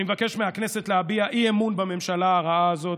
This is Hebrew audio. אני מבקש מהכנסת להביע אי-אמון בממשלה הרעה הזאת.